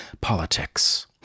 politics